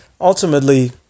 ultimately